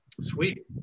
Sweet